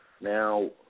Now